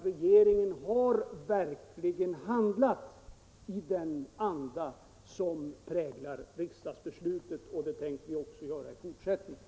Regeringen har verkligen handlat i den anda som präglar riksdagsbeslutet, och det tänker vi göra också i fortsättningen.